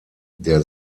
der